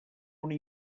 una